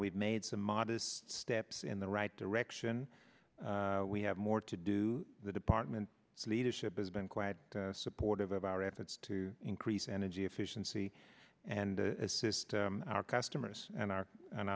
we've made some modest steps in the right direction we have more to do the department leadership has been quite supportive of our efforts to increase energy efficiency and assist our customers and our